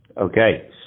Okay